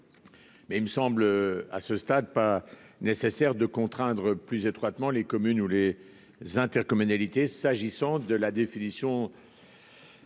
mais il ne me semble pas nécessaire de contraindre plus étroitement les communes ou les intercommunalités dans la définition